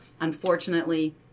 unfortunately